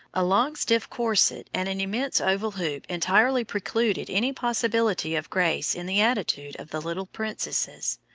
a long stiff corset and an immense oval hoop entirely precluded any possibility of grace in the attitude of the little princesses,